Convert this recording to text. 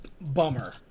bummer